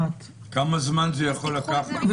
כמה זמן זה יכול לקחת?